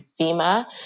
FEMA